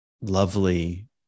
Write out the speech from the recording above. lovely